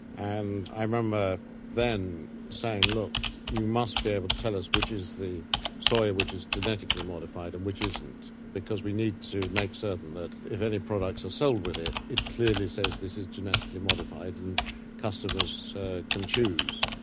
and i remember then saying, look, you must be able to tell us which is the soy which is genetically modified and which isn't because we need to make certain that if any products are sold with it, it clearly says this is genetically modified and customers can choose.